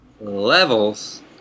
Levels